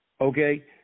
okay